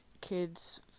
kids